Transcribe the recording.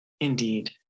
Indeed